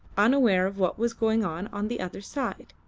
unaware of what was going on on the other side.